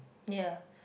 ya